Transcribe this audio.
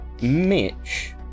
mitch